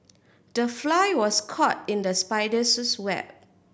the fly was caught in the spider's web